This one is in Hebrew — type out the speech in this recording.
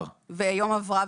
אם זה לא מובהר זה יובהר.